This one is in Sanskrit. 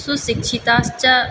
सुशिक्षिताश्च